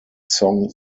song